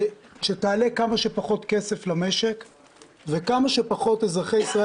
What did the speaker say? ושתעלה כמה שפחות כסף למשק וכמה שפחות אזרחי ישראל